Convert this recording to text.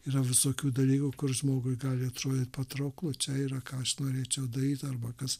yra visokių dalykų kur žmogui gali atrodyt patrauklu čia yra ką aš norėčiau daryt arba kas